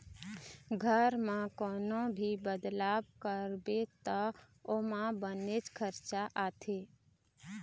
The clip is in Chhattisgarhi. घर म कोनो भी बदलाव करबे त ओमा बनेच खरचा आथे